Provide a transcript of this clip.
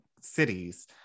cities